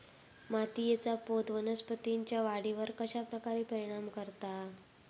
मातीएचा पोत वनस्पतींएच्या वाढीवर कश्या प्रकारे परिणाम करता?